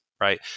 right